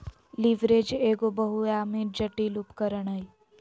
leverage एगो बहुआयामी, जटिल उपकरण हय